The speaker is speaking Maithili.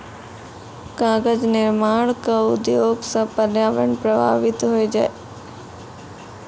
कागज निर्माण क उद्योग सँ पर्यावरण प्रभावित होय छै